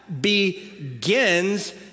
begins